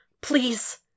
Please